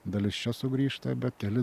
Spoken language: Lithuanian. dalis čia sugrįžta bet keli